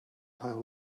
how